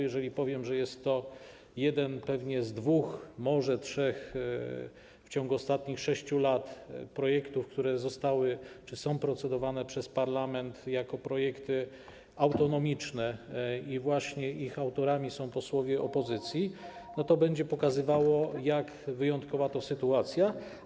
Jeżeli powiem, że jest to jeden pewnie z dwóch, może trzech projektów w ciągu ostatnich 6 lat, które zostały czy są procedowane przez parlament jako projekty autonomiczne i których autorami są posłowie opozycji, to będzie pokazywało, jak wyjątkowa to sytuacja.